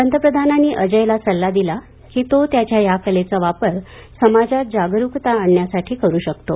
पंतप्रधानांनी अजयला सल्ला दिला कि तो त्याच्या या कलेचा वापर समाजात जागरूकता आणण्यासाठी करू शकतो